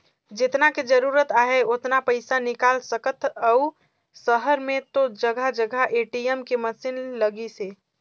जेतना के जरूरत आहे ओतना पइसा निकाल सकथ अउ सहर में तो जघा जघा ए.टी.एम के मसीन लगिसे